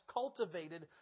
cultivated